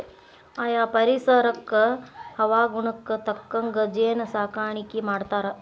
ಆಯಾ ಪರಿಸರಕ್ಕ ಹವಾಗುಣಕ್ಕ ತಕ್ಕಂಗ ಜೇನ ಸಾಕಾಣಿಕಿ ಮಾಡ್ತಾರ